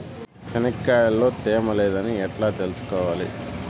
చెనక్కాయ లో తేమ లేదని ఎట్లా తెలుసుకోవాలి?